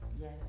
yes